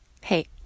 Hey